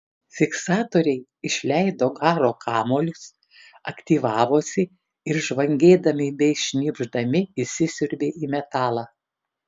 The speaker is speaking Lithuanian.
fiksatoriai išleido garo kamuolius aktyvavosi ir žvangėdami bei šnypšdami įsisiurbė į metalą